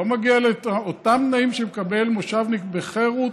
לא מגיעים להם אותם תנאים שמקבל מושבניק בחירות,